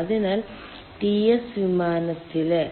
അതിനാൽ T s വിമാനത്തിലെ